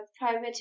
private